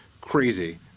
crazy